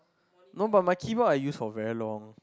no but my keyboard I use for very long